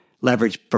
leverage